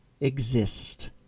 exist